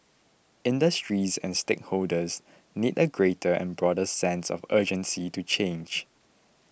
industries and stakeholders need a greater and broader sense of urgency to change